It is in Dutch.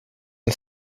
een